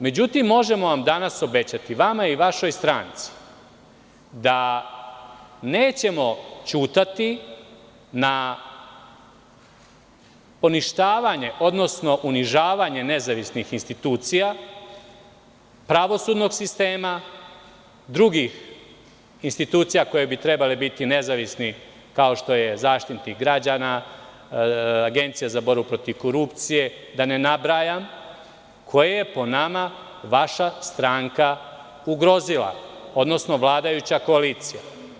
Međutim, možemo vam danas obećati, vama i vašoj stranci, da nećemo ćutati na poništavanje odnosno unižavanje nezavisnih institucija pravosudnog sistema, drugih institucija koje bi trebale biti nezavisni, kao što je zaštitnik građana, Agencija za borbu protiv korupcije, da ne nabrajam, koje je po nama vaša stranka ugrozila, odnosno vladajuća koalicija.